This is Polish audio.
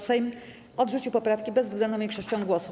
Sejm odrzucił poprawki bezwzględną większością głosów.